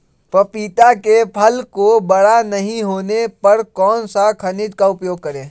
पपीता के फल को बड़ा नहीं होने पर कौन सा खनिज का उपयोग करें?